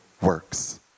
works